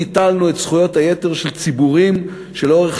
ביטלנו את זכויות היתר של ציבורים שלאורך